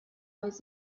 was